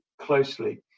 closely